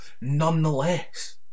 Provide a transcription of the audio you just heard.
nonetheless